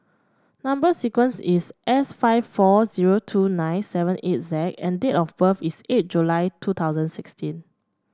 number sequence is S five four zero two nine seven eight Z and date of birth is eight July two thousand sixteen